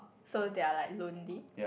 so they are like lonely